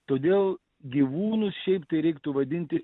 todėl gyvūnus šiaip tai reiktų vadinti